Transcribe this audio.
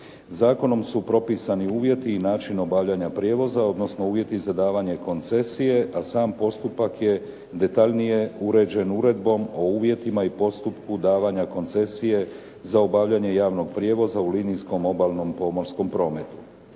Zakonom su propisani uvjeti i način obavljanja prijevoza, odnosno uvjeti za davanje koncesije a sam postupak je detaljnije uređen Uredbom o uvjetima i postupku davanja koncesije za obavljanje javnog prijevoza u linijskom obalnom pomorskom prometu.